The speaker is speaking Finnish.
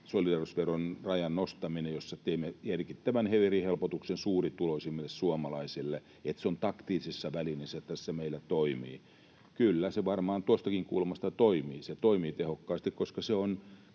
solidaarisuusveron rajan nostaminen, jossa teette merkittävän helpotuksen suurituloisimmille suomalaisille, että se on taktisena välineenä näissä meidän toimissa. Kyllä, se varmaan tuostakin kulmasta toimii ja se toimii tehokkaasti, koska se